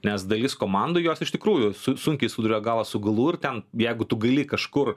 nes dalis komandų jos iš tikrųjų su sunkiai suduria galą su galu ir ten jeigu tu gali kažkur